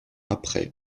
après